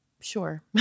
sure